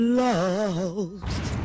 lost